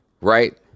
right